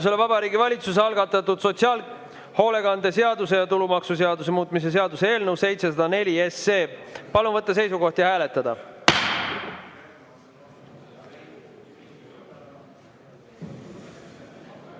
Vabariigi Valitsuse algatatud sotsiaalhoolekande seaduse ja tulumaksuseaduse muutmise seaduse eelnõu 704. Palun võtta seisukoht ja hääletada!